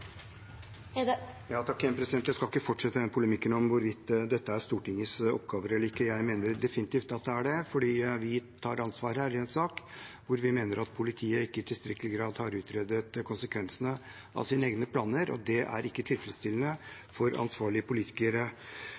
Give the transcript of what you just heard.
Jeg skal ikke fortsette den polemikken om hvorvidt dette er Stortingets oppgave eller ikke. Jeg mener definitivt at det er det, fordi vi her tar ansvar i en sak hvor vi mener at politiet ikke i tilstrekkelig grad har utredet konsekvensene av sine egne planer, og det er ikke tilfredsstillende for ansvarlige politikere.